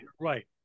right